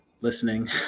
listening